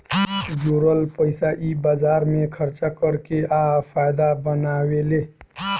जोरल पइसा इ बाजार मे खर्चा कर के आ फायदा बनावेले